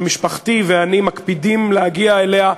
שמשפחתי ואני מקפידים להגיע אליו,